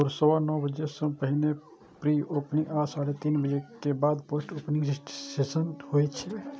भोर सवा नौ बजे सं पहिने प्री ओपनिंग आ साढ़े तीन बजे के बाद पोस्ट ओपनिंग सेशन होइ छै